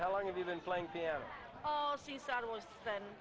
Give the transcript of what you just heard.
how long have you been playing